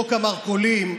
חוק המרכולים,